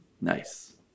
Nice